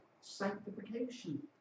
sanctification